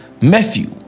Matthew